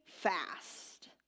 fast